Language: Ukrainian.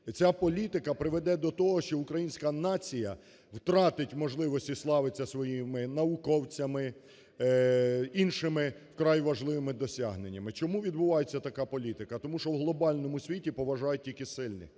Ця політика приведе до того, що українська нація втратить можливості славитись своїми науковцями, іншими вкрай важливими досягненнями. Чому відбувається така політика? Тому що в глобальному світі поважають тільки сильних,